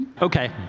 okay